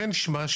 חן שמה,